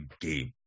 game